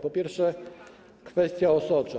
Po pierwsze, kwestia osocza.